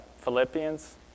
Philippians